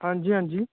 ਹਾਂਜੀ ਹਾਂਜੀ